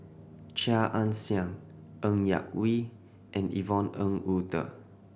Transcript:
Chia Ann Siang Ng Yak Whee and Yvonne Ng Uhde